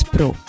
Pro